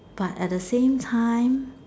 but at the same time